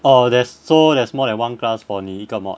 orh there's so there's more than one class for 你一个 mod